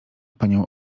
panią